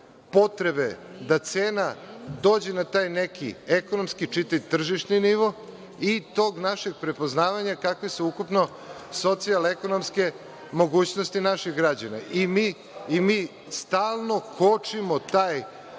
potrebe da cena dođe na taj neki ekonomski, čitaj tržišni, nivo i tog našeg prepoznavanja kakve su ukupno socijalekonomske mogućnosti naših građana. Mi stalno kočimo taj